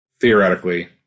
theoretically